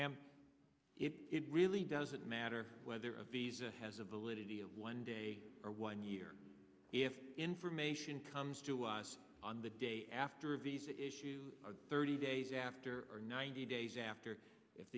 and it really doesn't matter whether a visa has a validity of one day or one year if information comes to us on the day after a visa issue thirty days after ninety days after if